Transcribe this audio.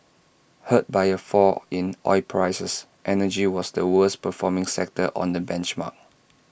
hurt by A fall in oil prices energy was the worst performing sector on the benchmark